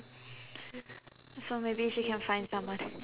so maybe she can find someone